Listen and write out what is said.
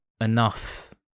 enough